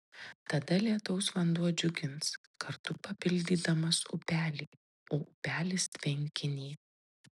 tada lietaus vanduo džiugins kartu papildydamas upelį o upelis tvenkinį